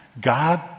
God